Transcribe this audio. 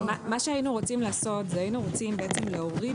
מה שהיינו רוצים לעשות והיינו רוצים הוא בעצם להוריד